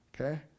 Okay